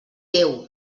déu